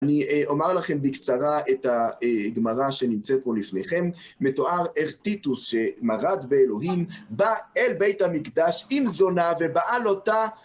אני אומר לכם בקצרה את הגמרא שנמצאת פה לפניכם, מתואר איך טיטוס, שמרד באלוהים, בא אל בית המקדש עם זונה ובעל אותה.